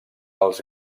els